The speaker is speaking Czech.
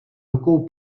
rukou